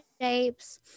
shapes